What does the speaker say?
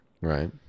Right